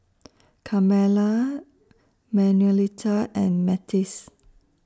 Carmella Manuelita and Matthias